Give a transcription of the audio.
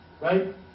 right